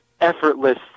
effortless